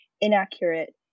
inaccurate